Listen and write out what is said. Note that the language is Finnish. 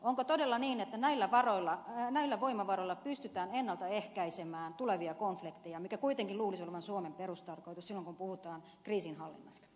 onko todella niin että näillä voimavaroilla pystytään ennaltaehkäisemään tulevia konflikteja minkä kuitenkin luulisi olevan suomen perustarkoitus silloin kun puhutaan kriisinhallinnasta